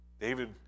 David